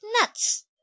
nuts